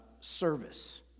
service